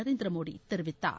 நரேந்திர மோடி தெரிவித்தார்